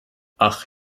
ach